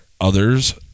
Others